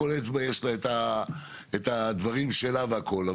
ולכל אצבע יש את הדברים שלה והכול.